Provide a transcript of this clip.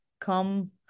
come